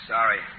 Sorry